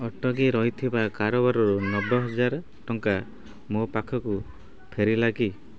ଅଟକି ରହିଥିବା କାରବାରରୁ ନବେହଜାରେ ଟଙ୍କା ମୋ ପାଖକୁ ଫେରିଲା କି